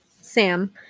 Sam